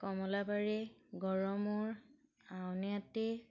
Kamalabari Garmur Auniati